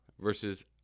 versus